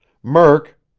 murk!